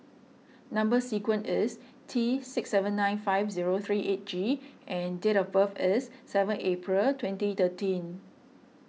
Number Sequence is T six seven nine five zero three eight G and date of birth is seven April twenty thirteen